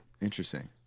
interesting